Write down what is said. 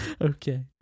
Okay